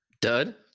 Dud